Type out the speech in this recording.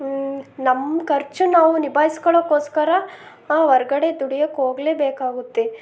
ನಮ್ಮ ಖರ್ಚು ನಾವು ನಿಭಾಯ್ಸ್ಕೊಳ್ಳೋಕೋಸ್ಕರ ಹೊರ್ಗಡೆ ದುಡಿಯಕ್ಕೆ ಹೋಗಲೇ ಬೇಕಾಗುತ್ತೆ